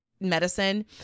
medicine